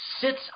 sits